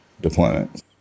deployment